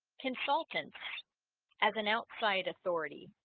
consultants as an outside authority